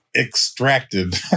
Extracted